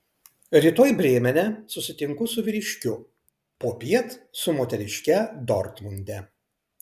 rytoj brėmene susitinku su vyriškiu popiet su moteriške dortmunde